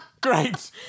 Great